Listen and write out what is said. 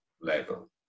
level